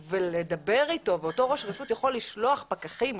ולדבר אתו ואותו ראש רשות יכול לשלוח פקחים,